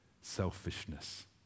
selfishness